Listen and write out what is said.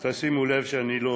ותשימו לב שלא